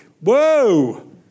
Whoa